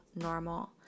normal